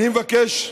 אני מבקש,